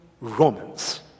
Romans